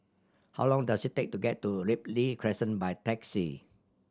how long does it take to get to Ripley Crescent by taxi